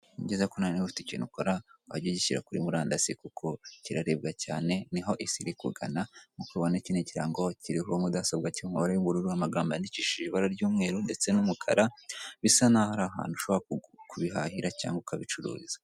Nibyiza ko nawe niba ufite ikintu ukora wajya ugishyira kuri murandasi, kuko kirarebwa cyane niho isi irikugana, nk'uko ubibona iki ni kirango kiriho mudasobwa kiri mu ibara ry'ubururu n'amagambo yandikishije ibara ry'umweru ndetse n'umukara, bisa naho ari ahantu ushobora kubihahira cyangwa ukabicuruza.